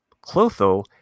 Clotho